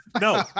No